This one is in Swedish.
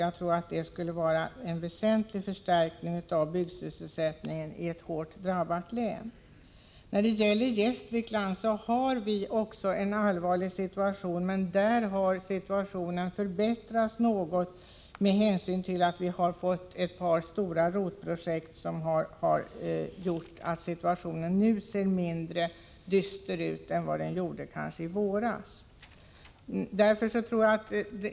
Detta skulle medverka till en väsentlig förstärkning av byggsysselsättningen i ett hårt drabbat län. Gästrikland har också en allvarlig situation, men den har förbättrats något med hänsyn till att ett par stora ROT-projekt har tillkommit. Situationen ser därför mindre dyster ut nu än den gjorde i våras.